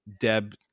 Deb